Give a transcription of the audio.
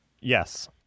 Yes